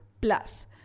plus